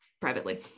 privately